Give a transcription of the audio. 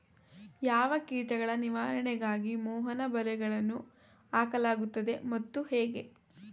ಯಾವ ಕೀಟಗಳ ನಿವಾರಣೆಗಾಗಿ ಮೋಹನ ಬಲೆಗಳನ್ನು ಹಾಕಲಾಗುತ್ತದೆ ಮತ್ತು ಹೇಗೆ?